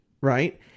Right